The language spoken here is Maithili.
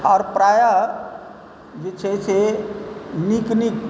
आर प्रायः जे छै से नीक नीक